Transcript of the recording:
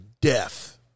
death